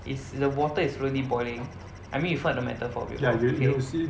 is the water is really boiling I mean you've heard the metaphor before okay